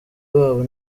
babo